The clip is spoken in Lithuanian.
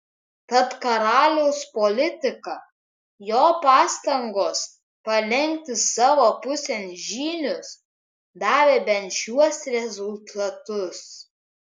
tad karaliaus politika jo pastangos palenkti savo pusėn žynius davė bent šiuos rezultatus